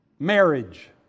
Marriage